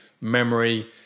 memory